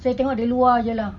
saya tengok dari luar jer lah